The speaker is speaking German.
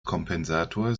kompensator